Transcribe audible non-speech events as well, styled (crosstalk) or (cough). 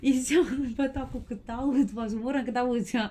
(laughs) dia pun ketawa semua orang ketawa sia